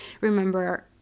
remember